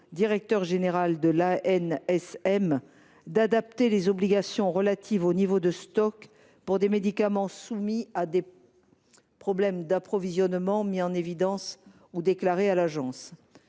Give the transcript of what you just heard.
directeur général de l’ANSM d’adapter les obligations relatives au niveau de stock pour des médicaments soumis à des problèmes d’approvisionnement mis en évidence ou déclarés à l’Agence.